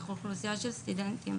אנחנו אוכלוסייה של סטודנטים.